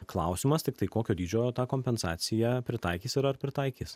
klausimas tiktai kokio dydžio tą kompensaciją pritaikys ir ar pritaikys